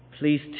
Please